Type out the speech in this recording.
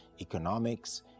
economics